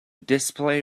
display